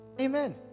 Amen